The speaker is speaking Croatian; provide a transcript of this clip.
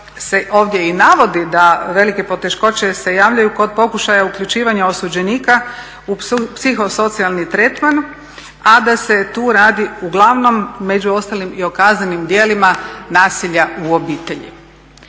ovdje i navodi da velike poteškoće se javljaju kod pokušaja uključivanja osuđenika u psihosocijalni tretman a da se tu radi uglavnom među ostalim i o kaznenim djelima nasilja u obitelji.